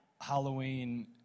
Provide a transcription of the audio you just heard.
Halloween